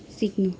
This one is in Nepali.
सिक्नु